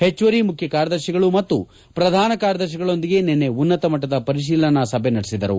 ಹೆಚ್ಚುವರಿ ಮುಖ್ಯ ಕಾರ್ಯದರ್ತಿಗಳು ಮತ್ತು ಪ್ರಧಾನ ಕಾರ್ಯದರ್ತಿಗಳೊಂದಿಗೆ ನನ್ನೆ ಉನ್ನತ ಮಟ್ಟದ ಪರಿತೀಲನಾ ಸಭೆ ನಡೆಸಿದರು